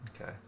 Okay